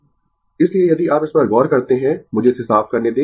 Refer Slide Time 1058 इसलिए यदि आप इस पर गौर करते है मुझे इसे साफ करने दें